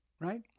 right